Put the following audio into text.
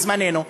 בזמננו,